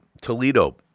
Toledo